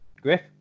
griff